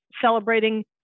celebrating